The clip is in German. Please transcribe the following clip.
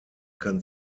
kann